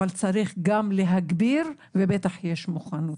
אבל צריך גם להגביר ובטח יש מוכנות.